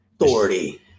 Authority